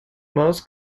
moss